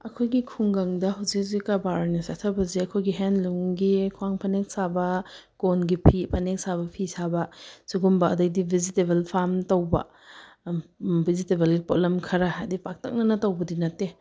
ꯑꯩꯈꯣꯏꯒꯤ ꯈꯨꯡꯒꯪꯗ ꯍꯧꯖꯤꯛ ꯍꯧꯖꯤꯛ ꯀꯔꯕꯥꯔ ꯑꯣꯏꯅ ꯆꯠꯊꯕꯁꯦ ꯑꯩꯈꯣꯏꯒꯤ ꯍꯦꯟꯂꯨꯝꯒꯤ ꯈ꯭ꯋꯥꯡ ꯐꯅꯦꯛ ꯁꯥꯕ ꯀꯣꯟꯒꯤ ꯐꯤ ꯐꯅꯦꯛ ꯁꯥꯕ ꯐꯤ ꯁꯥꯕ ꯁꯨꯒꯨꯝꯕ ꯑꯗꯩꯗꯤ ꯕꯦꯖꯤꯇꯦꯕꯜ ꯐꯥꯝ ꯇꯧꯕ ꯕꯦꯖꯤꯇꯦꯕꯜꯒꯤ ꯄꯣꯠꯂꯝ ꯈꯔ ꯍꯥꯏꯗꯤ ꯄꯥꯛꯇꯛꯅꯅ ꯇꯧꯕꯗꯤ ꯅꯠꯇꯦ